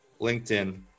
LinkedIn